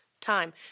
time